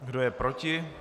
Kdo je proti?